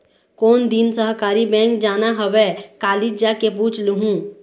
कोन दिन सहकारी बेंक जाना हवय, कालीच जाके पूछ लूहूँ